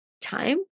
time